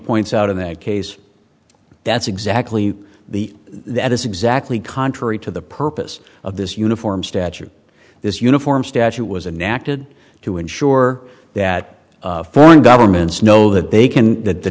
points out in that case that's exactly the that is exactly contrary to the purpose of this uniform stature this uniform statute was inactive to ensure that foreign governments know that they can that the